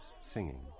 singing